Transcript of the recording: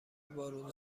بارون